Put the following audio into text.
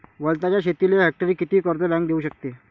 वलताच्या शेतीले हेक्टरी किती कर्ज बँक देऊ शकते?